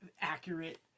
accurate